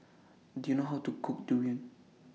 Do YOU know How to Cook Durian